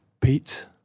pete